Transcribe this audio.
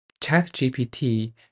ChatGPT